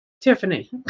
Tiffany